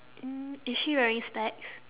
mm is she wearing specs